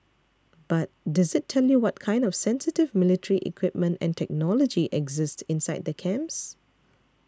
but does it tell you what kind of sensitive military equipment and technology exist inside the camps